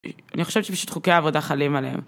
אני חושבת שפשוט חוקי העבודה חלים עליהם.